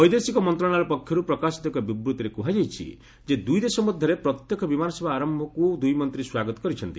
ବୈଦେଶିକ ମନ୍ତ୍ରଣାଳୟ ପକ୍ଷରୁ ପ୍ରକାଶିତ ଏକ ବିବୃଭିରେ କୁହାଯାଇଛି ଯେ ଦୁଇଦେଶ ମଧ୍ୟରେ ପ୍ରତ୍ୟକ୍ଷ ବିମାନସେବା ଆରମ୍ଭକୁ ଦୁଇମନ୍ତୀ ସ୍ୱାଗତ କରିଛନ୍ତି